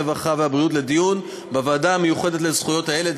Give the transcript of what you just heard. הרווחה והבריאות לדיון בוועדה המיוחדת לזכויות הילד.